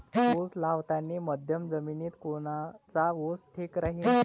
उस लावतानी मध्यम जमिनीत कोनचा ऊस ठीक राहीन?